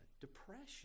depression